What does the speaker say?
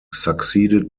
succeeded